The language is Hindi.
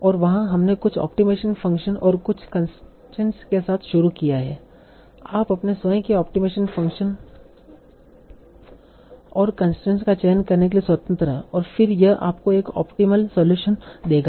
और वहाँ हमने कुछ ऑप्टिमाइजेशन फंक्शन और कुछ कंसट्रेन्स के साथ शुरू किया है आप अपने स्वयं के ऑप्टिमाइजेशन फंक्शन और कंसट्रेन्स का चयन करने के लिए स्वतंत्र हैं और फिर भी यह आपको एक ऑप्टीमल सलूशन देगा